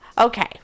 Okay